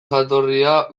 jatorria